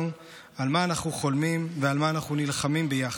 על מה אנחנו חולמים ועל מה אנחנו נלחמים ביחד.